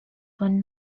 one